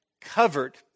covered